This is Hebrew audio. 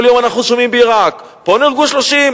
כל יום אנחנו שומעים בעירק: פה נהרגו 30,